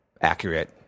accurate